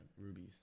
rubies